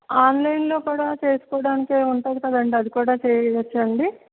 online లో కూడా చేసుకోడానికి ఉంటుంది కదండి అది కూడా చేయవచ్చా అండి